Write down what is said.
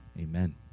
Amen